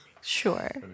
Sure